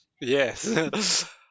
Yes